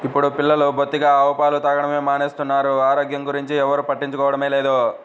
ఇప్పుడు పిల్లలు బొత్తిగా ఆవు పాలు తాగడమే మానేస్తున్నారు, ఆరోగ్యం గురించి ఎవ్వరు పట్టించుకోవడమే లేదు